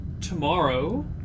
tomorrow